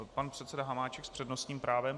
Pan předseda Hamáček s přednostním právem.